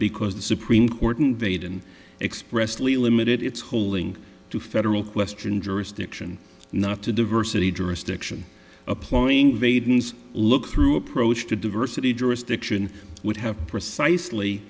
because the supreme court invade and expressly limited its holding to federal question jurisdiction not to diversity jurisdiction applying vaden look through approach to diversity jurisdiction would have precisely